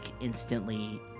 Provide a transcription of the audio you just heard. instantly